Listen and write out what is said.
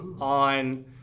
on